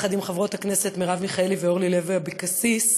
יחד עם חברות הכנסת מרב מיכאלי ואורלי לוי אבקסיס,